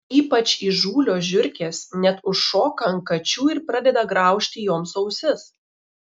ypač įžūlios žiurkės net užšoka ant kačių ir pradeda graužti joms ausis